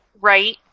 right